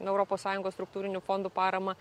europos sąjungos struktūrinių fondų paramą